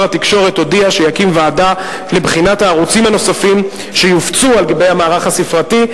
התקשורת הודיע שיקים ועדה לבחינת הערוצים הנוספים שיופצו במערך הספרתי.